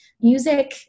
music